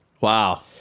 Wow